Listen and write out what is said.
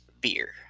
beer